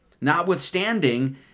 Notwithstanding